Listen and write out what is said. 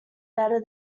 better